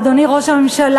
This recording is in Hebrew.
אדוני ראש הממשלה,